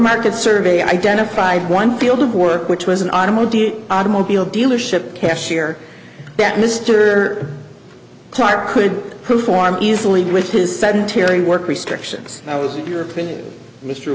market survey identified one field of work which was an automotive automobile dealership cashier that mr clark could perform easily with his sedentary work restrictions was in your opinion mr